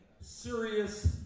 serious